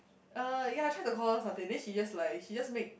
uh ya I try to call her satay then she just like she just make